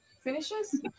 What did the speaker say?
finishes